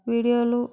వీడియోలు